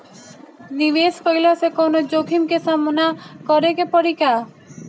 निवेश कईला से कौनो जोखिम के सामना करे क परि का?